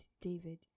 David